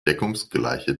deckungsgleiche